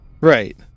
Right